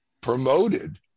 promoted